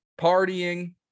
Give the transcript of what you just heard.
partying